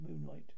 moonlight